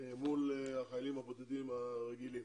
מול החיילים הבודדים הרגילים.